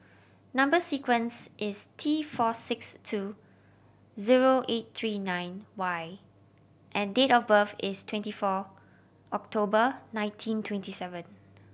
number sequence is T four six two zero eight three nine Y and date of birth is twenty four October nineteen twenty seven